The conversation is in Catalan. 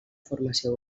formació